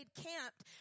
camped